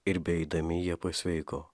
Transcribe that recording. ir beeidami jie pasveiko